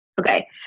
Okay